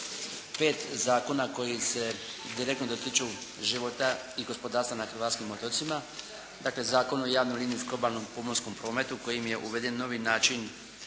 pet zakona koji se direktno dotiču života i gospodarstva na hrvatskim otocima, dakle Zakon o javnom linijskom obalnom pomorskom prometu kojim je uveden novi način